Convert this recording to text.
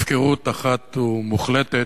הפקרות אחת מוחלטת.